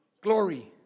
Glory